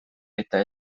eta